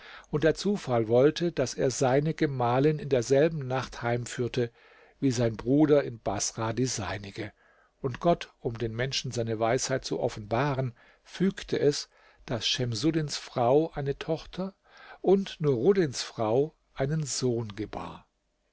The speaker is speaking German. und der zufall wollte daß er seine gemahlin in derselben nacht heimführte wie sein bruder in baßrah die seinige und gott um den menschen seine weisheit zu offenbaren fügte es daß schemsuddins frau eine tochter und nuruddins frau einen sohn gebar